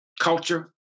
Culture